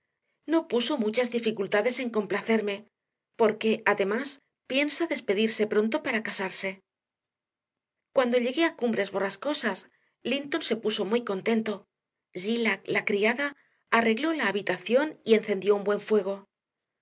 no puso muchas dificultades en complacerme porque además piensa despedirse pronto para casarse cuando llegué a cumbres borrascosas linton se puso muy contento zillah la criada arregló la habitación y encendió un buen fuego